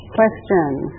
questions